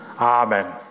Amen